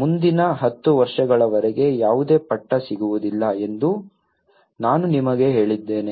ಮುಂದಿನ ಹತ್ತು ವರ್ಷಗಳವರೆಗೆ ಯಾವುದೇ ಪಟ್ಟಾ ಸಿಗುವುದಿಲ್ಲ ಎಂದು ನಾನು ನಿಮಗೆ ಹೇಳಿದ್ದೇನೆ